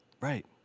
Right